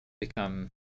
become